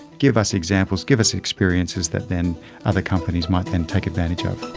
give us examples, give us experiences that then other companies might then take advantage ah of.